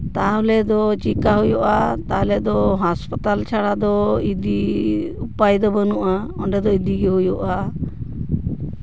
ᱛᱟᱦᱚᱞᱮ ᱫᱚ ᱪᱮᱫᱞᱮᱠᱟ ᱦᱩᱭᱩᱜᱼᱟ ᱛᱟᱦᱚᱞᱮ ᱫᱚ ᱦᱟᱥᱯᱟᱛᱟᱞ ᱪᱷᱟᱲᱟ ᱫᱚ ᱤᱫᱤ ᱩᱯᱟᱹᱭᱫᱚ ᱵᱟᱹᱱᱩᱜᱼᱟ ᱚᱸᱰᱮᱫᱚ ᱤᱫᱤᱜᱮ ᱦᱩᱭᱩᱜᱼᱟ